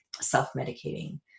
self-medicating